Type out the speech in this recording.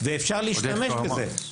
ואפשר להשתמש בזה.